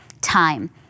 time